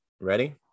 ready